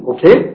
Okay